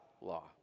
law